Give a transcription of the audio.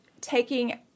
taking